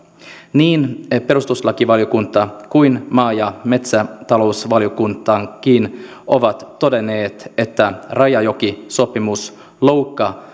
niin perustuslakivaliokunta kuin maa ja metsätalousvaliokuntakin ovat todenneet että rajajokisopimus loukkaa